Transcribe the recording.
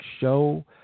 Show